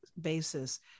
basis